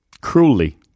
cruelly